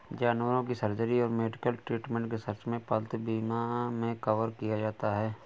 जानवरों की सर्जरी और मेडिकल ट्रीटमेंट के सर्च में पालतू बीमा मे कवर किया जाता है